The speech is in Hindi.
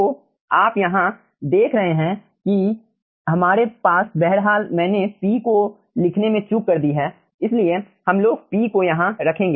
तो आप यहाँ देख रहे हैं कि हमारे पास बहरहाल मैंने P को लिखने में चूक कर दी है इसलिए हमलोग P को यहां रखेंगे